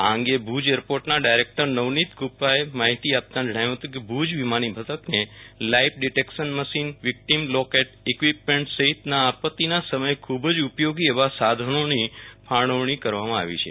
આ અંગે ભુજ એરપોર્ટના ડાયરેક્ટર નવનીત ગુ પ્તાએ માહિતી આપતા જણાવ્યુ હતું કે ભુજ વિમાની મથકને life detection machine victim locate equipment સહિતના આપતિના સમયે ખુ બ ઉપયોગી એવા સાધનોની ફાળવણી કરવામાં આવી છે